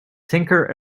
tinker